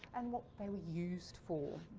and what they were used for.